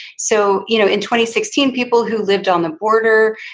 so you know in twenty sixteen people who lived on the border,